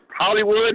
Hollywood